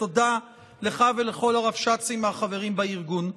תודה לך ולכל הרבש"צים החברים בארגון.